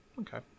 Okay